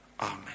Amen